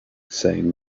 saying